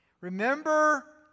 Remember